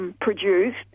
Produced